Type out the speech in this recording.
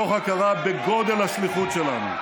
מתוך ההכרה בגודל השליחות שלנו,